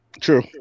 True